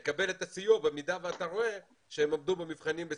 במידה שחל שינוי, זה רשום